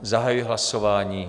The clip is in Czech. Zahajuji hlasování.